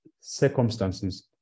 circumstances